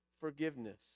forgiveness